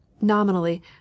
Nominally